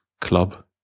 club